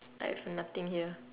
I have nothing here